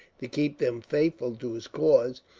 to keep them faithful to his cause,